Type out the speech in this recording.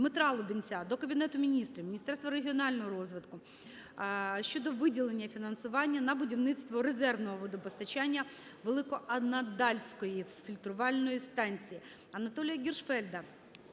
Дмитра Лубінця до Кабінету Міністрів, Міністерства регіонального розвитку щодо виділення фінансування на будівництво резервного водопостачання Великоанадольської фільтрувальної станції.